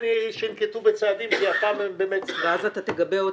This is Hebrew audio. שר העבודה,